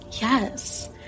yes